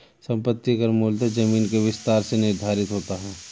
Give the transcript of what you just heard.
संपत्ति कर मूलतः जमीन के विस्तार से निर्धारित होता है